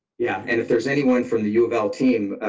yeah, and if there's anyone from the u of l team,